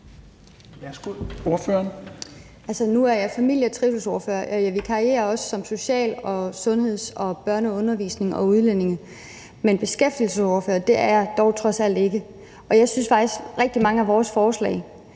Nu er jeg familie- og trivselsordfører, og jeg vikarer også som social- og sundhedsordfører, børne- og undervisningsordfører og udlændingeordfører, men beskæftigelsesordfører er jeg dog trods alt ikke. Jeg synes faktisk, at rigtig mange af vores forslag